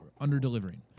under-delivering